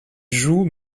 joue